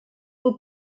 would